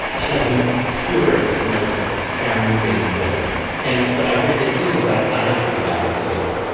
she had the purest most astounding voice and so i heard this music is like i have to come back to india.